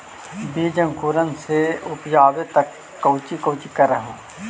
बीज अंकुरण से लेकर उपजाबे तक कौची कौची कर हो?